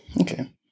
Okay